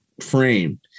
frame